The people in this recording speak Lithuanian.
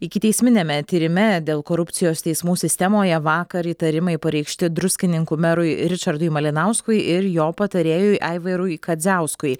ikiteisminiame tyrime dėl korupcijos teismų sistemoje vakar įtarimai pareikšti druskininkų merui ričardui malinauskui ir jo patarėjui aivarui kadziauskui